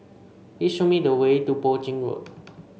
please show me the way to Poi Ching Road